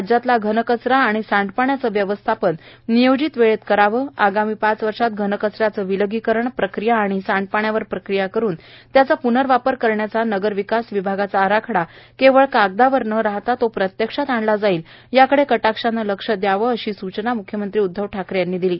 राज्यतला घनकचरा आणि सांडपाण्याच व्यवस्थापन नियोजित वेळेत कराव आगामी पाच वर्षात घनकचऱ्याच विलगीकरण प्रक्रिया आणि सांडपाण्यावर प्रक्रिया करून त्याचा प्नर्वापर करण्याचा नगर विकास विभागाचा आराखडा केवळ कागदावर न राहता तो प्रत्यक्षात आणला जाईल याकडे कटाक्षान लक्ष द्याव अशा सूचना म्ख्यमंत्री उद्दव ठाकरे यांनी दिल्या आहेत